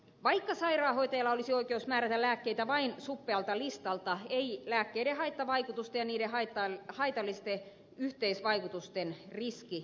vaikka sairaanhoitajalla olisi oikeus määrätä lääkkeitä vain suppealta listalta ei lääkkeiden haittavaikutusten ja niiden haitallisten yhteisvaikutusten riski poistu